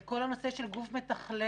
כל הנושא של גוף מתכלל,